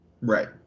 Right